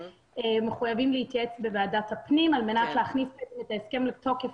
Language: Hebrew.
מחויבים להתייעץ בוועדת הפנים על מנת להכניס את ההסכם לתוקף,